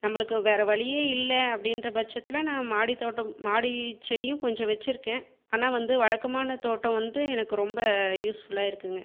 நம்மளுக்கு வேற வழியே இல்லை அப்படின்ற பட்சத்தில் நான் மாடி தோட்டம் மாடி செடியும் கொஞ்சம் வச்சுருக்கேன் ஆனால் வந்து வழக்கமான தோட்டம் வந்து எனக்கு ரொம்ப யூஸ்ஃபுல்லாக இருக்குதுங்க